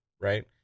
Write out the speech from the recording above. right